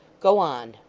go on